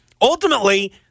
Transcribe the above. ultimately